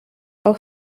auch